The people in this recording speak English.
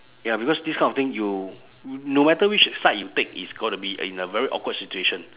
ya because this kind of thing you no matter which side you take it's gotta be in a very awkward situation